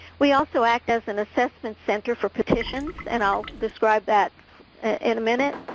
we also act as an assessment center for petitions, and i'll describe that in a minute,